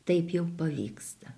taip jau pavyksta